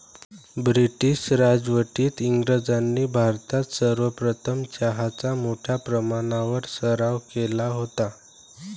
British राजवटीत इंग्रजांनी भारतात सर्वप्रथम चहाचा मोठ्या प्रमाणावर सराव केला होता